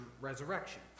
resurrection